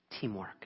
teamwork